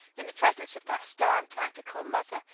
in the presence of that stern, practical mother,